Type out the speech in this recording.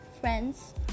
friends